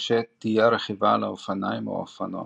קשה תהיה הרכיבה על אופניים או אופנוע.